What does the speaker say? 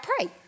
pray